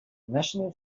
national